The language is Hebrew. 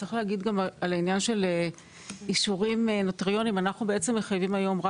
לעניין אישורים נוטריונים - אנחנו מחייבים היום רק